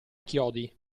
chiodi